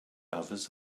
others